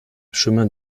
chemin